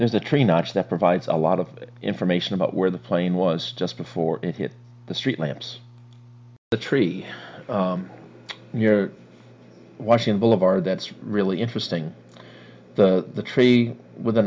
there's a tree notch that provides a lot of information about where the plane was just before it hit the street lamps the tree near washing boulevard that's really interesting the tree with a